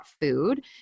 food